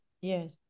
Yes